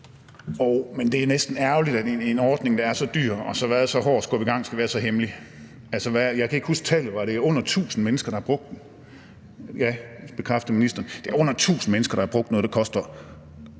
men det er næsten ærgerligt, at en ordning, der er så dyr og har været så hård at skubbe i gang, skal være så hemmelig. Jeg kan ikke huske tallet, men var det ikke under tusind mennesker, der har brugt den? Det bekræfter ministeren. Det er under tusind mennesker, der har brugt den, og den koster